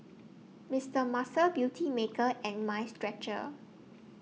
Mister Muscle Beautymaker and Mind Stretcher